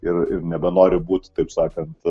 ir ir nebenori būt taip sakant